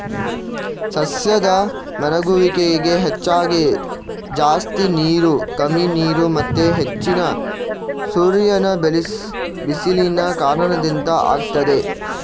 ಸಸ್ಯದ ಒಣಗುವಿಕೆಗೆ ಹೆಚ್ಚಾಗಿ ಜಾಸ್ತಿ ನೀರು, ಕಮ್ಮಿ ನೀರು ಮತ್ತೆ ಹೆಚ್ಚಿನ ಸೂರ್ಯನ ಬಿಸಿಲಿನ ಕಾರಣದಿಂದ ಆಗ್ತದೆ